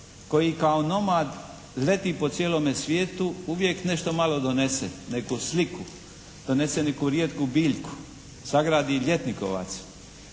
koji kao nomad leti po cijelome svijetu, uvijek nešto malo donese, neku sliku, donese neku rijetku biljku, sagradi ljetnikovac,